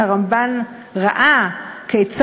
ואנחנו בעצם מדברים על תהליך שאנחנו מבקשים ומייחלים לקדם,